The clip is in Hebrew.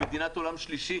למדינת עולם שלישי,